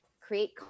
create